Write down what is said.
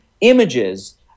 images